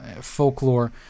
folklore